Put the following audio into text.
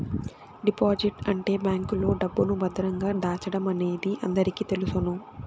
deposit అంటే బ్యాంకులో డబ్బును భద్రంగా దాచడమనేది అందరికీ తెలుసును